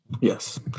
Yes